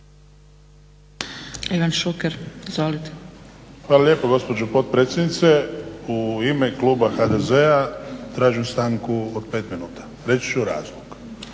Hvala lijepo gospođo potpredsjednice. U ime kluba HDZ-a tražim stanku od pet minuta, reći ću razlog.